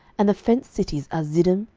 and the fenced cities are ziddim,